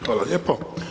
Hvala lijepo.